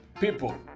people